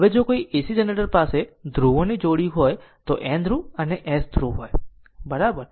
હવે જો કોઈ AC જનરેટર પાસે ધ્રુવોની જોડી હોય ત્યારે N N ધ્રુવ અને S ધ્રુવ હોય બરાબર